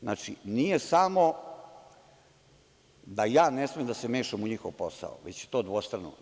Znači nije samo da ja ne smem da se mešam u njihov posao, već je to dvostrano.